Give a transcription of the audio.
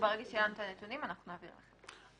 ברגע שיהיו לנו הנתונים, נעביר אותם אליכם.